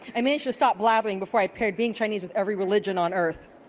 i managed to stop laughing before i paired being chinese with every religion on earth.